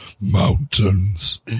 Mountains